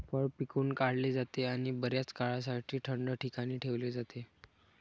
फळ पिळून काढले जाते आणि बर्याच काळासाठी थंड ठिकाणी ठेवले जाते